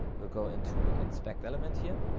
we'll go into inspect element here.